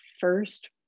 first